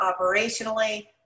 operationally